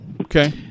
Okay